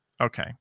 Okay